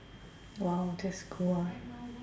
!wow! that's good ah